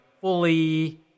fully